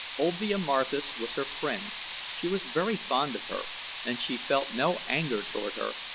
olvia marthis was her friend she was very fond of her and she felt no anger toward her.